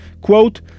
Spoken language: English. quote